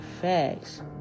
facts